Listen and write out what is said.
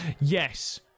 Yes